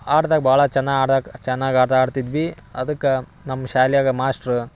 ಆಟ್ದಾಗ ಭಾಳ ಚೆನ್ನಾಗಿ ಆಡಾಕೆ ಚೆನ್ನಾಗಿ ಆಟ ಆಡ್ತಿದ್ವಿ ಅದಕ್ಕೆ ನಮ್ಮ ಶಾಲ್ಯಾಗ ಮಾಸ್ಟ್ರ್